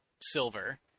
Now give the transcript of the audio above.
Silver